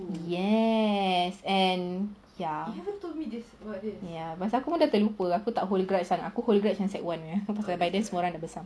yes and ya ya pasal aku tak hold grudge sangat aku hold grudge yang secondary one punya tapi semua dah besar